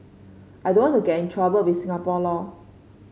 I don't want to get in trouble with Singapore law